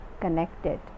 connected